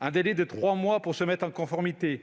un délai de trois mois pour se mettre en conformité,